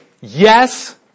yes